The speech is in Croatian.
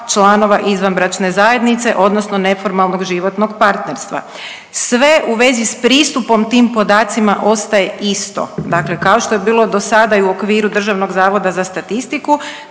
članova izvanbračne zajednice odnosno neformalnog životnog partnerstva. Sve u vezi s pristupom tim podacima ostaje isto, dakle kao što je bilo do sada i u okviru DZS-a tako će biti